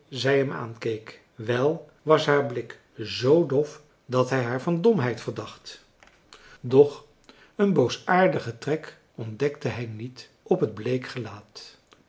novellen aankeek wel was haar blik zoo dof dat hij haar van domheid verdacht doch een boosaardigen trek ontdekte hij niet op het bleek gelaat